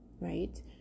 right